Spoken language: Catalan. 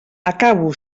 acabo